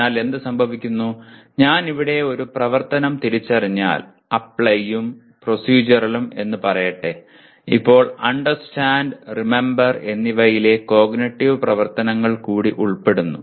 അതിനാൽ എന്തുസംഭവിക്കുന്നു ഞാൻ ഇവിടെ ഒരു പ്രവർത്തനം തിരിച്ചറിഞ്ഞാൽ അപ്ലൈയും പ്രോസെഡ്യൂറലും എന്ന് പറയട്ടെ അപ്പോൾ അണ്ടർസ്റ്റാൻഡ് റിമെംബർ എന്നിവയിലെ കോഗ്നിറ്റീവ് പ്രവർത്തനങ്ങൾ കൂടി ഉൾപ്പെടുന്നു